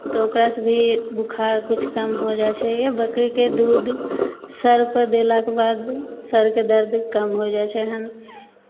तऽ ओकरासँ भी बुखार किछु कम हो जाइ छै या बकरीके दूध सरपर देलाके बाद सरके दर्द किछु कम हो जाइ छहैन